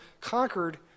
conquered